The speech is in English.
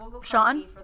Sean